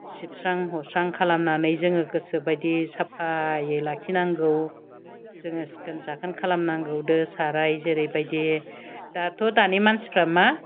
सिबस्रां हस्रां खालामनानै जोङो गोसो बायदि साफायै लाखिनांगौ जोङो सिखोन साखोन खालामनांगौ दो साराय जेरैबायदि दाथ' दानि मानसिफोरा मा